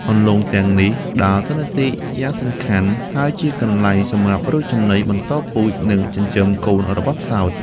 អន្លង់ទាំងនេះដើរតួនាទីយ៉ាងសំខាន់ហើយជាកន្លែងសម្រាប់រកចំណី បន្តពូជ និងចិញ្ចឹមកូនរបស់ផ្សោត។